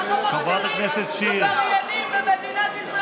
ככה מכשירים עבריינים במדינת ישראל.